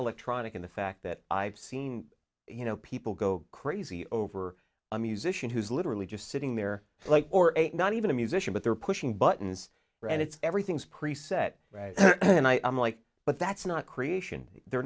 electronic in the fact that i've seen you know people go crazy over a musician who's literally just sitting there like or not even a musician but they're pushing buttons and it's everything's preset right and i'm like but that's not